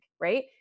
right